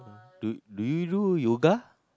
do do you do yoga